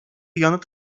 yanıt